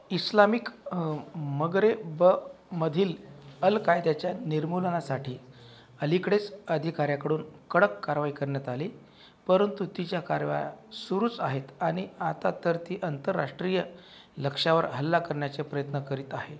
Islamic मगरेबमधील अल कायद्याच्या निर्मूलनासाठी अलीकडेच अधिकार्याकडून कडक कारवाई करण्यात आली परंतु तिच्या कारवाया सुरूच आहेत आणि आता तर ती आंतरराष्ट्रीय लक्ष्यावर हल्ला करण्याचे प्रयत्न करीत आहे